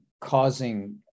causing